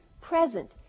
present